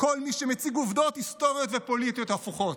של כל מי שמציג עובדות היסטוריות ופוליטיות הפוכות.